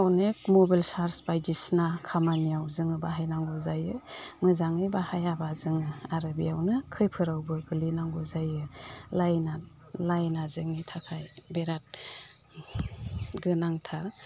अनेख मबाइल चार्स बायदिसिना खामानियाव जोङो बाहायनांगौ जायो मोजाङै बाहायाब्ला जोङो आरो बेयावनो खैफोदआव गोग्लैनांगौ जायो लाइना लाइना जोंनि थाखाय बेराद गोनांथार